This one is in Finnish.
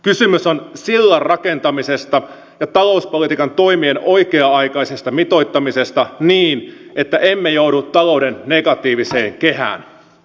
kysymys on sillan rakentamisesta ja talouspolitiikan toimien oikea aikaisesta mitoittamisesta niin että emme joudu talouden negatiiviseen kehään